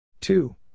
two